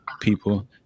people